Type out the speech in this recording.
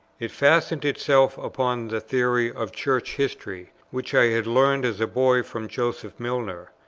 it fastened itself upon the theory of church history which i had learned as a boy from joseph milner.